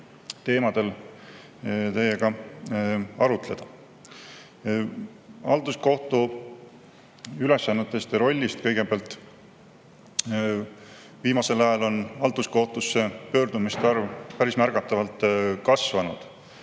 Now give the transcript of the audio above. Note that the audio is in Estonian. teemadel teiega arutleda. Halduskohtu ülesannetest ja rollist kõigepealt. Viimasel ajal on halduskohtusse pöördumiste arv päris märgatavalt kasvanud.